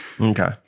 Okay